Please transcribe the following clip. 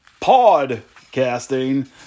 podcasting